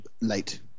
Late